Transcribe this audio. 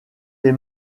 les